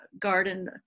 garden